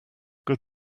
good